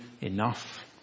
enough